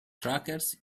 trackers